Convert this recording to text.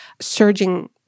surging